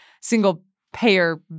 single-payer